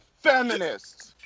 feminists